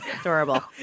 Adorable